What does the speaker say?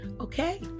Okay